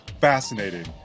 fascinating